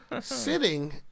Sitting